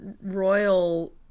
royal